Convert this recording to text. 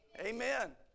Amen